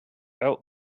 out